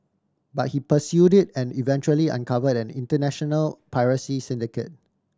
but he pursued it and eventually uncovered an international piracy syndicate